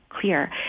clear